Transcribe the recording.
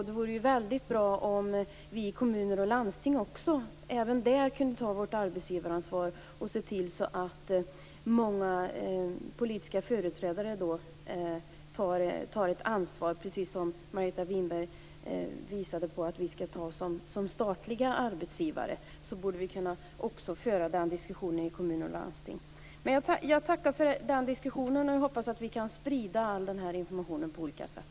Det vore väldigt bra om vi som politiska företrädare också i kommuner och landsting kunde ta det arbetsgivaransvar som Margareta Winberg visade att vi skall ta som statlig arbetsgivare. Vi borde också kunna föra den diskussionen i kommuner och landsting. Jag tackar för diskussionen. Jag hoppas att vi kan sprida all den här informationen på olika sätt.